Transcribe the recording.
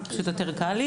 פשוט יותר קל לי